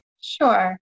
Sure